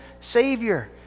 Savior